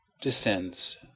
descends